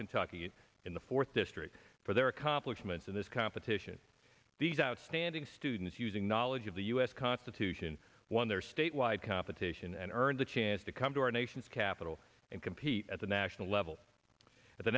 kentucky in the fourth district for their accomplishments in this competition these outstanding students using knowledge of the u s constitution won their statewide competition and earned the chance to come to our nation's capital and compete at the national level at the